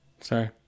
Sorry